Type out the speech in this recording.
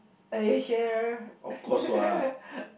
eh here